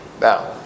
Now